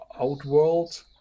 Outworld